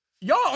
Y'all